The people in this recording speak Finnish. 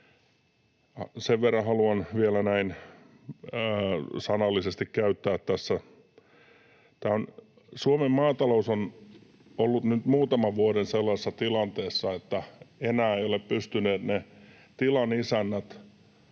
Sen verran haluan vielä näin sanallisesti käyttää tässä, että Suomen maatalous on ollut nyt muutaman vuoden sellaisessa tilanteessa, että enää eivät ole pystyneet tilan isännät